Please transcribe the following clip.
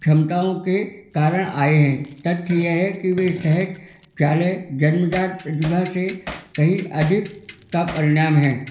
क्षमताओं के कारण आए हैं तथ्य यह है कि वे सहज चाले जन्मजात प्रतिभा से कही अधिक का परिणाम है